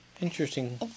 Interesting